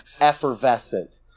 effervescent